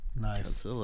nice